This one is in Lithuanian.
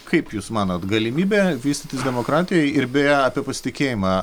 kaip jūs manot galimybė vystytis demokratijai ir beje apie pasitikėjimą